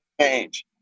change